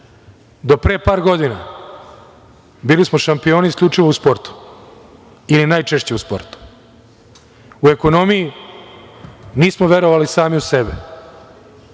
do pre par godina bili smo šampioni isključivo u sportu ili najčešće u sportu, u ekonomiji nismo verovali ni sami u sebe.